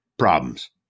Problems